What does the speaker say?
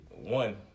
one